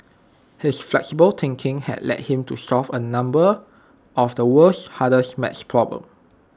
his flexible thinking led him to solve A number of the world's hardest math problems